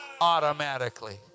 Automatically